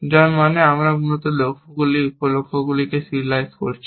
যার মানে আমরা মূলত লক্ষ্যগুলি উপ লক্ষ্যগুলিকে সিরিয়ালাইজ করেছি